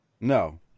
No